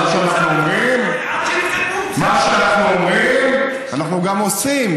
מה שאנחנו אומרים, אנחנו גם עושים.